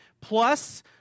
plus